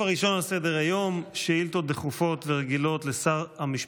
דברי הכנסת חוברת ל"ב ישיבה